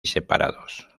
separados